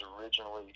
originally